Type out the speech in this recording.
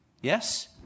Yes